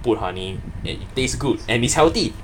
and put honey and it taste good and it's healthy